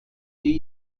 die